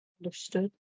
understood